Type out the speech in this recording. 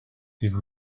even